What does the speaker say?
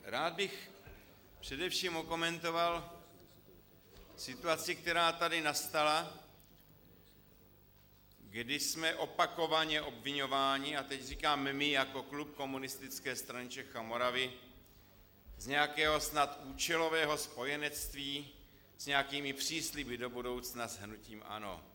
Rád bych především okomentoval situaci, která tady nastala, kdy jsme opakovaně obviňováni, a teď říkám my jako klub Komunistické strany Čech a Moravy, z nějakého snad účelového spojenectví s nějakými přísliby do budoucna s hnutím ANO.